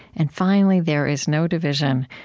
and finally, there is no division.